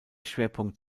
schwerpunkt